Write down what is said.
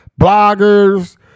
bloggers